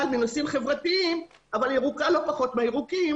בנושאים חברתיים אבל ירוקה לא פחות מהירוקים